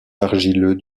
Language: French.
argileux